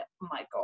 Michael